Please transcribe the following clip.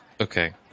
Okay